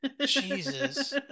Jesus